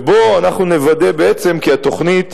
ובו אנחנו נוודא כי התוכנית